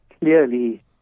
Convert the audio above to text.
clearly